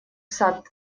сад